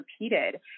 repeated